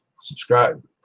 subscribe